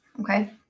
okay